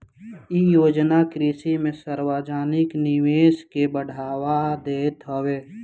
इ योजना कृषि में सार्वजानिक निवेश के बढ़ावा देत हवे